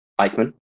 eichmann